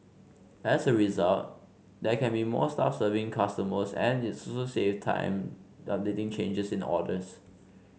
as a result there can be more staff serving customers and it so so save time updating changes in orders